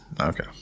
Okay